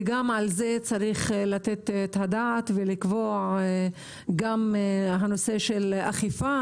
וגם על זה צריך לתת את הדעת ולקבוע גם בנושא של אכיפה,